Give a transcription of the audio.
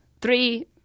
three